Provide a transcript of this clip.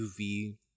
UV